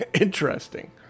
Interesting